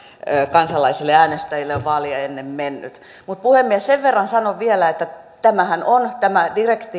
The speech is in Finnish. kansalaisille ja äänestäjille on vaaleja ennen mennyt mutta puhemies sen verran sanon vielä että tämä direktiivin